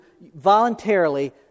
voluntarily